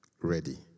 ready